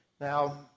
Now